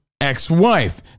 ex-wife